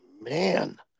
man